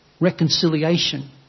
Reconciliation